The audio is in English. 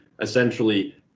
essentially